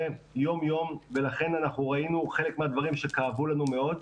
יום יום ולכן אנחנו ראינו חלק מהדברים שכאבו לנו מאוד,